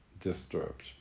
disturbed